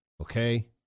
okay